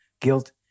Guilt